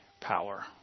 power